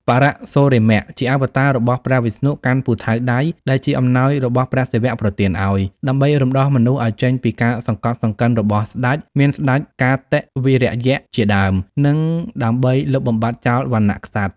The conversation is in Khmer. បរសុរាម ជាអវតាររបស់ព្រះវិស្ណុកាន់ពូថៅដៃ ដែលជាអំណោយរបស់ព្រះសិវៈប្រទានឱ្យ ដើម្បីរំដោះមនុស្សឱ្យចេញពីការសង្កត់សង្កិនរបស់ស្តេច មានស្តេចកាតិវិរយៈជាដើម និងដើម្បីលុបបំបាត់ចោលវណ្ណៈក្សត្រ។